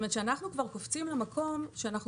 אנחנו כבר קופצים למקום שבו